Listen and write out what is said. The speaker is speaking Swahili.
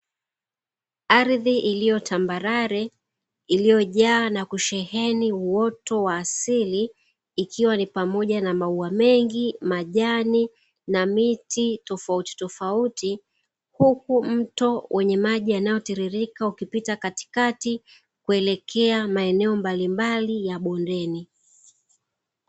Ardhi iliyo tambarare, iliyojaa na kusheheni uoto wa asili, ikiwa ni pamoja na maua mengi, majani, na miti tofautitofauti. Huku mto wenye maji yanayotiririka ukipita katikati, kuelekea maeneo mbalimbali ya bondeni.